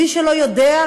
מי שלא יודע,